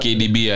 Kdb